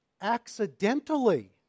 Accidentally